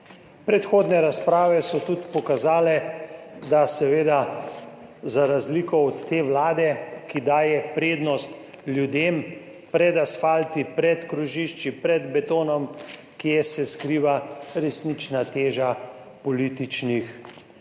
Predhodne razprave so tudi pokazale, za razliko od te vlade, ki daje prednost ljudem, pred asfalti, pred krožišči, pred betonom, kje se skriva resnična teža političnih razprav.